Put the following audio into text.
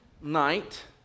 night